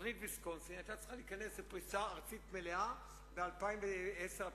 תוכנית ויסקונסין היתה צריכה להיכנס לפריסה ארצית מלאה ב-2009 2010. היא